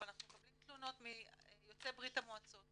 אבל אנחנו מקבלים תלונות מיוצאי ברית המועצות,